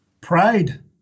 Pride